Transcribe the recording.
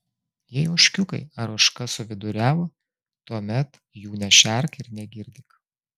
jei ožkiukai ar ožka suviduriavo tuomet jų nešerk ir negirdyk